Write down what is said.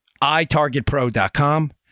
itargetpro.com